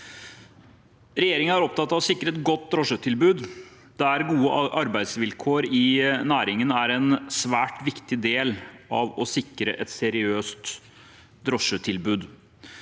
Regjeringen er opptatt av å sikre et godt drosjetilbud, der gode arbeidsvilkår i næringen er en svært viktig del av å sikre et seriøst drosjetilbud.